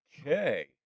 Okay